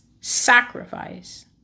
sacrifice